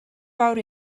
fawr